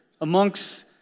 amongst